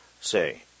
say